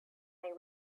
they